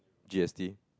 G S T